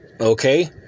Okay